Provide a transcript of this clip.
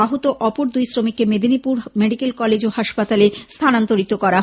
আগত অপর দুই শ্রমিককে মেদিনীপুর মেডিকেল কলেজ ও হাসপাতালে স্থানান্তরিত করা হয়